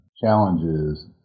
Challenges